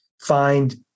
find